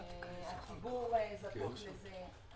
הציבור זקוק לזה,